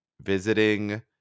visiting